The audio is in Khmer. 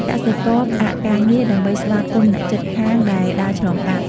កសិករ ផ្អាកការងារដើម្បីស្វាគមន៍ អ្នកជិតខាងដែលដើរឆ្លងកាត់។